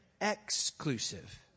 exclusive